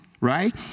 right